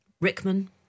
Rickman